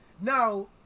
Now